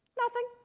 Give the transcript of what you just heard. nothing!